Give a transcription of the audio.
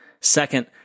Second